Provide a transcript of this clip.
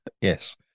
Yes